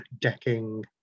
decking